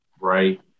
right